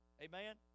Amen